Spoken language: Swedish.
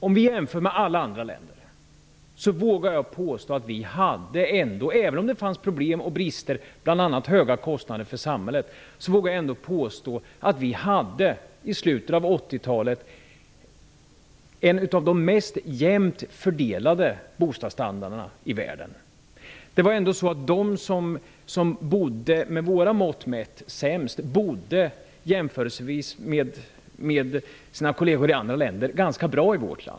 Om vi jämför med alla andra länder vågar jag påstå att vi i slutet av 80-talet hade en av världens mest jämnt fördelade bostadsstandarder, även om det fanns problem och brister bl.a. i form av höga kostnader för samhället. De som bodde sämst i vårt land med våra mått mätt, bodde jämförelsevis ändock ganska bra.